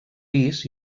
pis